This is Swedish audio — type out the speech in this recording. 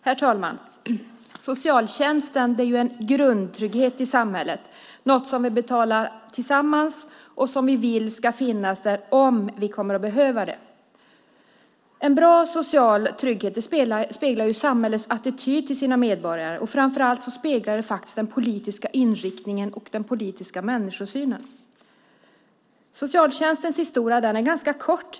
Herr talman! Socialtjänsten är en grundtrygghet i samhället, något som vi betalar tillsammans och som vi vill ska finnas där om vi kommer att behöva den. En bra social trygghet speglar samhällets attityd till sina medborgare. Framför allt speglar den faktiskt den politiska inriktningen och den politiska människosynen. Socialtjänstens historia är ganska kort.